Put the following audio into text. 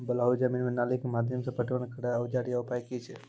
बलूआही जमीन मे नाली के माध्यम से पटवन करै औजार या उपाय की छै?